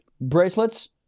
bracelets